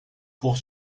pour